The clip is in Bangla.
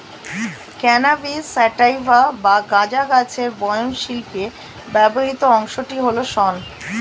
ক্যানাবিস স্যাটাইভা বা গাঁজা গাছের বয়ন শিল্পে ব্যবহৃত অংশটি হল শন